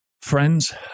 friends